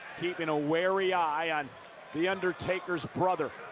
keeping a wary eye on the undertaker's brother.